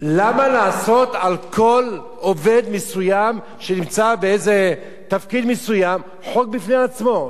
למה לעשות על כל עובד מסוים שנמצא באיזה תפקיד מסוים חוק בפני עצמו?